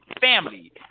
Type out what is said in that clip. family